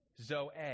Zoe